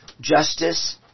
Justice